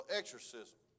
exorcism